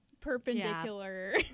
perpendicular